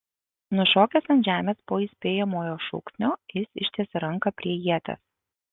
nušokęs ant žemės po įspėjamojo šūksnio jis ištiesė ranką prie ieties